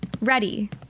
Ready